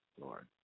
Lord